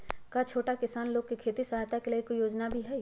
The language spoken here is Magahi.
का छोटा किसान लोग के खेती सहायता के लगी कोई योजना भी हई?